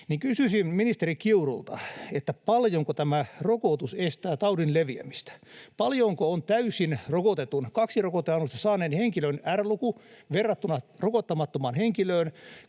kysyisin ministeri Kiurulta: Paljonko tämä rokotus estää taudin leviämistä? Paljonko on täysin rokotetun, kaksi rokoteannosta saaneen henkilön R-luku verrattuna rokottamattomaan henkilöön?